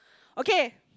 okay